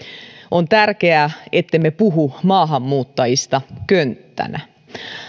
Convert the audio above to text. on tärkeää ettemme puhu maahanmuuttajista könttänä